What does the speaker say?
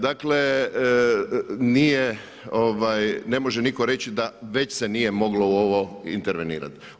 Dakle, ne može nitko reći da već se nije moglo u ovo intervenirati.